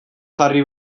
jarri